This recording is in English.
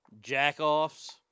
jack-offs